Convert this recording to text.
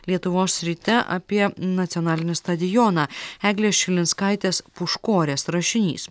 lietuvos ryte apie nacionalinį stadioną eglės šilinskaitės puškorės rašinys